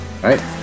right